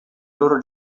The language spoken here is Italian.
loro